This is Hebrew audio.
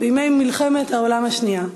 בימי מלחמת העולם השנייה.